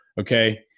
okay